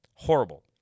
Horrible